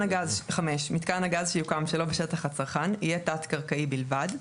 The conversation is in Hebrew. הגז שיוקם שלא בשטח הצרכן יהיה תת־קרקעי בלבד,